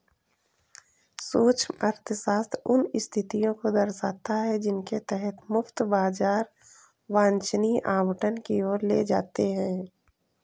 सूक्ष्म अर्थशास्त्र उन स्थितियों को दर्शाता है जिनके तहत मुक्त बाजार वांछनीय आवंटन की ओर ले जाते हैं